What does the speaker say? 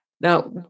Now